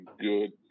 good